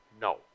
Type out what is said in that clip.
No